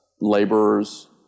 laborers